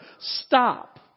stop